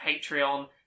Patreon